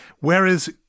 Whereas